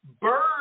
bird